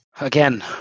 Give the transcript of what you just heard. Again